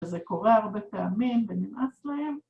וזה קורה הרבה פעמים ונמאס להם.